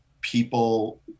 people